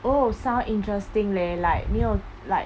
oh sound interesting leh like 没有 like